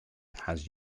has